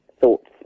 thoughts